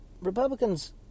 Republicans